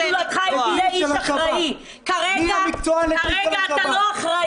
בועז --------- כרגע אתה לא אחראי.